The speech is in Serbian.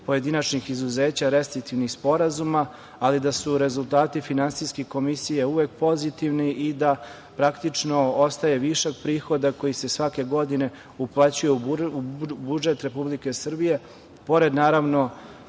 pojedinačnih izuzeća restriktivnih sporazuma, ali da su rezultati Finansijske komisije uvek pozitivni i da praktično ostaje višak prihoda koji se svake godine uplaćuje u budžet Republike Srbije, pored, naravno,